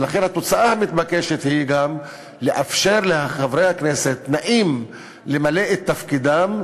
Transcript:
ולכן התוצאה המתבקשת היא גם לאפשר לחברי הכנסת תנאים למלא את תפקידם,